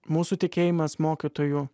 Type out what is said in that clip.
mūsų tikėjimas mokytojų